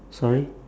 sorry